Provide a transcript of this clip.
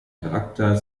charakter